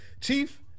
Chief